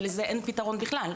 ולזה אין פתרון בכלל.